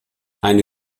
eine